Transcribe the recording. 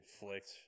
inflict